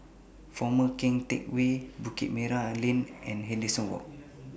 Former Keng Teck Whay Bukit Merah Lane and Walk